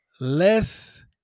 less